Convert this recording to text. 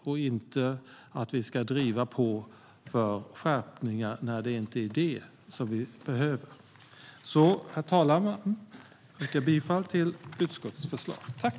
Vi ska inte driva på för skärpningar när det inte är det som vi behöver. Herr talman! Jag yrkar som sagt bifall till utskottets förslag.